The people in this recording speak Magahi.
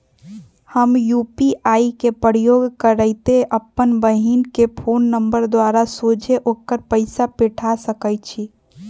हम यू.पी.आई के प्रयोग करइते अप्पन बहिन के फ़ोन नंबर द्वारा सोझे ओकरा पइसा पेठा सकैछी